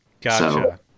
Gotcha